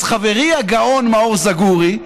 אז חברי הגאון מאור זגורי,